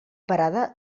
parada